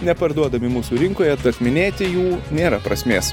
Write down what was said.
neparduodami mūsų rinkoje tad minėti jų nėra prasmės